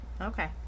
okay